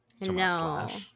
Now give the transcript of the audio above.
No